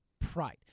pride